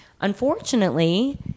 unfortunately